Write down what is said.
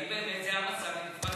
האם באמת זה המצב במפרץ חיפה,